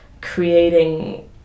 creating